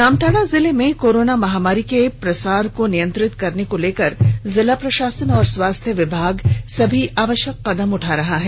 जामताड़ा जिले में कोरोना महामारी के प्रसार को नियंत्रित करने को लेकर जिला प्रशासन एवं स्वास्थ्य विभाग सभी आवश्यक कदम उठा रहा है